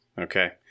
Okay